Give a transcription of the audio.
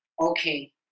okay